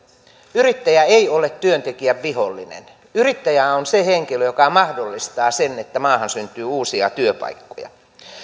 yrittäjä ei ole työntekijän vihollinen yrittäjä on se henkilö joka mahdollistaa sen että maahan syntyy uusia työpaikkoja